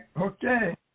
Okay